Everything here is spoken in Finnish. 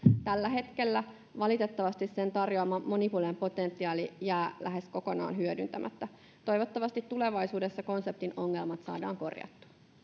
tällä hetkellä sen tarjoama monipuolinen potentiaali valitettavasti jää lähes kokonaan hyödyntämättä toivottavasti tulevaisuudessa konseptin ongelmat saadaan korjattua